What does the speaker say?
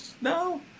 No